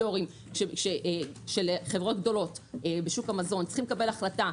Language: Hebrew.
יו"רים של חברות גדולות בשוק המזון צריכים לקבל החלטה,